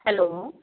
hello